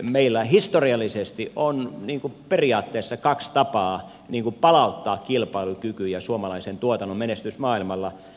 meillä historiallisesti on periaatteessa kaksi tapaa palauttaa kilpailukyky ja suomalaisen tuotannon menestys maailmalla